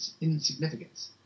insignificance